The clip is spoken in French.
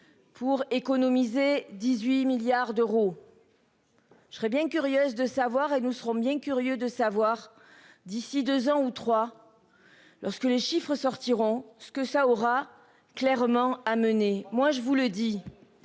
Pour économiser 18 milliards d'euros. Je serais bien curieuse de savoir et nous serons bien curieux de savoir d'ici 2 ans, ou trois. Lorsque les chiffres sortiront ce que ça aura clairement à mener, moi je vous le dis.